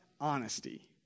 honesty